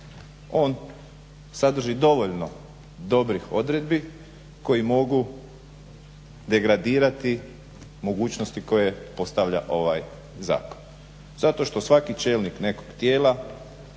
On sadrži dovoljno dobrih odredbi koje mogu degradirati mogućnosti koje postavlja ovaj zakon zato što svaki čelnik nekog tijela